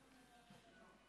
וצפון קוריאה.